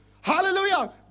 hallelujah